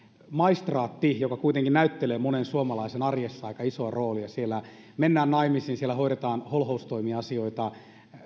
maistraatti joka kuitenkin näyttelee monen suomalaisen arjessa aika isoa roolia siellä mennään naimisiin siellä hoidetaan holhoustoimiasioita